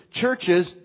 churches